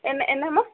என்ன என்னம்மா